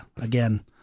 again